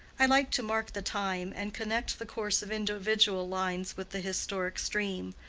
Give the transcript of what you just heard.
i like to mark the time, and connect the course of individual lives with the historic stream,